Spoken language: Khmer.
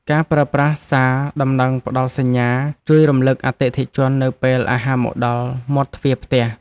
ការប្រើប្រាស់សារដំណឹងផ្ដល់សញ្ញា ជួយរំលឹកអតិថិជននៅពេលអាហារមកដល់មាត់ទ្វារផ្ទះ។